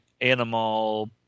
animal